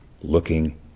looking